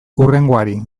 hurrengoari